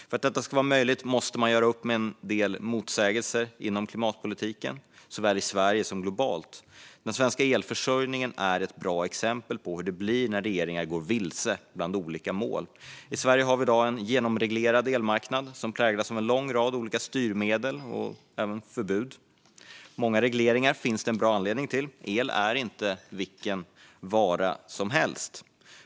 För att detta ska vara möjligt måste man göra upp med en del motsägelser inom klimatpolitiken, såväl i Sverige som globalt. Den svenska elförsörjningen är ett bra exempel på hur det blir när regeringar går vilse bland olika mål. I Sverige har vi i dag en genomreglerad elmarknad som präglas av en lång rad olika styrmedel och även förbud. Många regleringar finns det en bra anledning till. El är inte vilken vara som helst.